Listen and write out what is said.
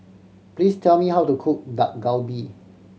please tell me how to cook Dak Galbi